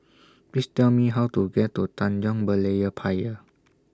Please Tell Me How to get to Tanjong Berlayer Pier